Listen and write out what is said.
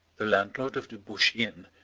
the landlord of the bush inn,